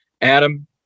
adam